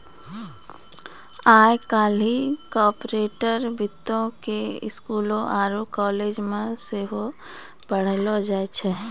आइ काल्हि कार्पोरेट वित्तो के स्कूलो आरु कालेजो मे सेहो पढ़ैलो जाय छै